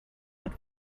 but